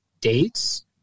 dates